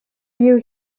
you